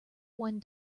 one